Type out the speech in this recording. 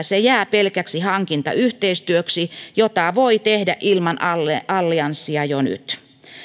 se jää pelkäksi hankintayhteistyöksi jota voi tehdä ilman allianssia jo nyt